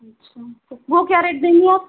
अच्छा तो वो क्या रेट देंगी आप